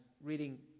reading